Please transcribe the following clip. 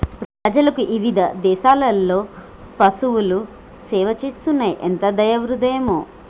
ప్రజలకు ఇవిధ దేసాలలో పసువులు సేవ చేస్తున్నాయి ఎంత దయా హృదయమో